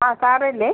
ആ സാറില്ലെ